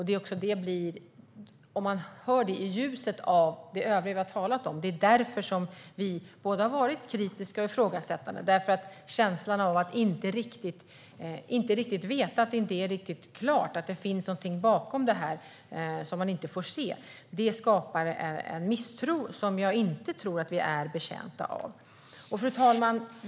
Det är i ljuset av detta och det övriga vi har talat om som vi har varit kritiska och ifrågasättande. Känslan av att det inte är riktigt klarlagt och att det finns något bakom som vi inte får se skapar en misstro som Sverige inte är betjänt av. Fru talman!